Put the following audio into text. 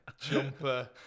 jumper